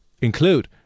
include